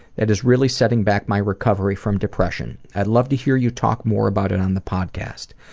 it is really setting back my recovery from depression. i'd love to hear you talk more about it on the podcast.